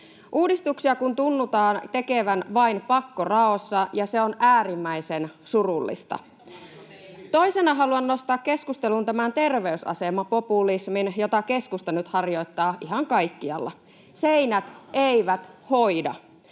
uudistuksia kun tunnutaan tekevän vain pakkoraossa, ja se on äärimmäisen surullista. [Annika Saarikko: Nyt on vastuu teillä!] Toisena haluan nostaa keskusteluun tämän terveysasemapopulismin, jota keskusta nyt harjoittaa ihan kaikkialla. Seinät eivät hoida.